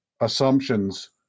assumptions